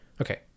Okay